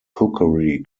cookery